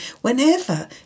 whenever